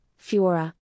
Fiora